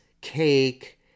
cake